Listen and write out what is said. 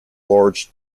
large